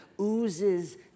oozes